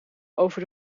over